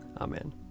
Amen